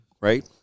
right